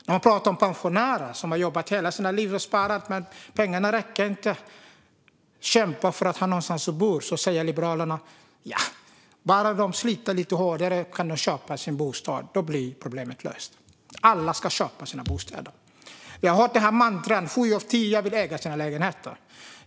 När man pratar om pensionärer som har jobbat hela sina liv och sparat men inte får pengarna att räcka säger Liberalerna: De ska kämpa för att ha någonstans att bo - bara de sliter lite hårdare kan de köpa sin bostad. Då blir problemet löst. Alla ska köpa sina bostäder. Jag har hört det här mantrat - sju av tio vill äga sina lägenheter.